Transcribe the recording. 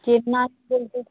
চেন্নাই বলতে